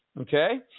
okay